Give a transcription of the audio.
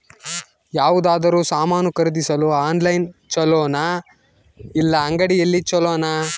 ಯಾವುದಾದರೂ ಸಾಮಾನು ಖರೇದಿಸಲು ಆನ್ಲೈನ್ ಛೊಲೊನಾ ಇಲ್ಲ ಅಂಗಡಿಯಲ್ಲಿ ಛೊಲೊನಾ?